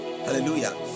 Hallelujah